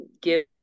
give